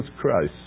Christ